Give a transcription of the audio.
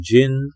Jin